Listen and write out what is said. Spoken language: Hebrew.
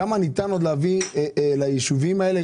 כמה ניתן להביא ליישובים האלה,